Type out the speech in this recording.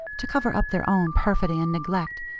to cover up their own perfidy and neglect,